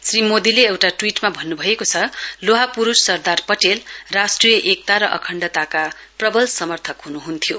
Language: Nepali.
श्री मोदीले एउटा ट्वीटमा भन्नुभएको छ लोहा पुरुष सरदार पटेल राष्ट्रिय एकता र अखण्डताका प्रबल समर्थक हुनुहुन्थ्यो